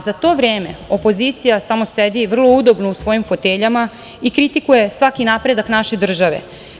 Za to vreme opozicija samo sedi vrlo udobno u svojim foteljama i kritikuje svaki napredak naše države.